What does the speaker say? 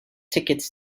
tickets